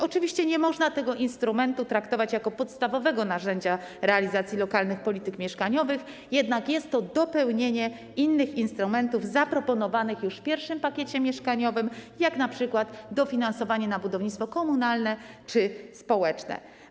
Oczywiście nie można tego instrumentu traktować jako podstawowego narzędzia realizacji lokalnych polityk mieszkaniowych, jednak jest to dopełnienie innych instrumentów zaproponowanych już w pierwszym pakiecie mieszkaniowym, takich jak np. dofinansowanie do budownictwa komunalnego czy społeczne.